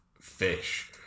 fish